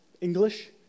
English